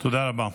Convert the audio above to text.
תודה רבה.